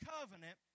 Covenant